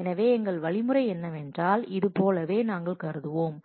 எனவே எங்கள் வழிமுறை என்னவென்றால் இது போலவே நாங்கள் கருதுவோம்